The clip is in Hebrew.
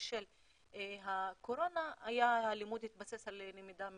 בשל הקורונה, הלימוד התבסס על למידה מרחוק,